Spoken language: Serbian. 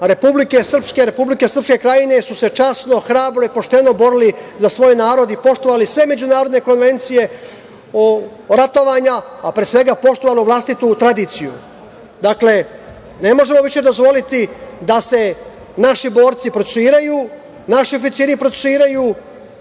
Republike Srpske krajine su se časno, hrabro i pošteno borili za svoj narod i poštovali sve međunarodne konvencije ratovanja, a pre svega, poštovalo vlastitu tradiciju. Dakle, ne možemo više dozvoliti da se naši borci procesuiraju, naši oficiri procesuiraju,